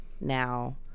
now